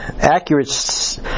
accurate